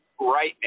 right